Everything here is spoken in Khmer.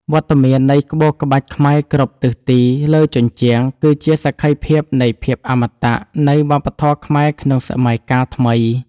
វត្តមាននៃក្បូរក្បាច់ខ្មែរគ្រប់ទិសទីលើជញ្ជាំង គឺជាសក្ខីភាពនៃភាពអមតៈនៃវប្បធម៌ខ្មែរក្នុងសម័យកាលថ្មី។